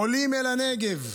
עולים אל הנגב.